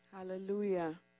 Hallelujah